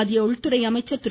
மத்திய உள்துறை அமைச்சர் திரு